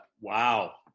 Wow